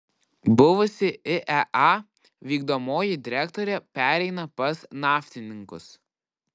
buvusi iea vykdomoji direktorė pereina pas naftininkus